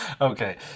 Okay